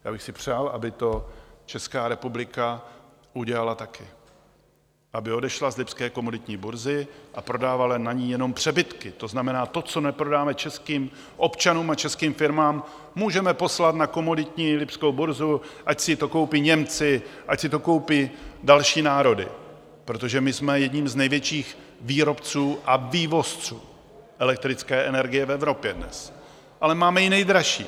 Já bych si přál, aby to Česká republika udělala taky, aby odešla z lipské komoditní burzy a prodávala na ní jenom přebytky, to znamená to, co neprodáme českým občanům a českým firmám, můžeme poslat na komoditní lipskou burzu, ať si to koupí Němci, ať si to koupí další národy, protože my jsme jedním z největších výrobců a vývozců elektrické energie v Evropě dnes, ale máme ji nejdražší.